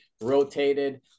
rotated